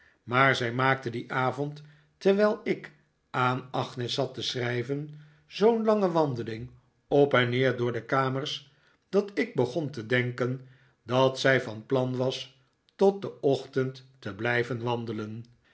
maar zij maakte dien avond terwijl ik aan agnes zat te schrijven zoo'n lange wandeling op en neer door de kamers dat ik begon te denken dat zij van plan was tot den ochtend te blijven wandelen